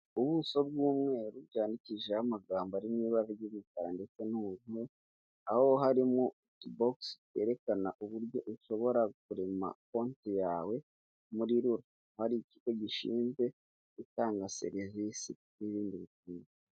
Ubuso bw'umweru byandikishijeho amagambo arimo ibara ry'umukara ndetse n'ubururu, aho harimo utubogisi twerekana uburyo ushobora kurema konti yawe, muriho hari ikigo gishinzwe gutanga serivisi n'ibindi bikwiye.